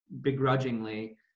begrudgingly